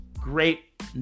great